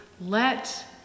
let